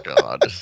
God